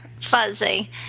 Fuzzy